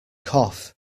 cough